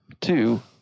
Two